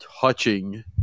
touching –